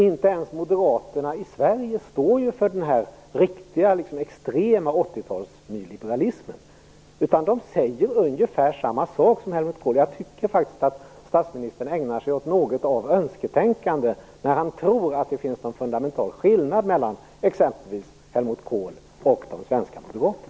Inte ens moderaterna i Sverige står ju för den riktigt extrema 80-talsnyliberalismen. De säger ungefär samma sak som Helmut Kohl. Jag tycker faktiskt att statsministern ägnar sig åt något av ett önsketänkande när han tror att det finns någon fundamental skillnad mellan t.ex. Helmut Kohl och de svenska moderaterna.